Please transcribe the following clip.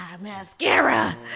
mascara